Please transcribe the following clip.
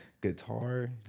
guitar